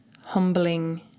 humbling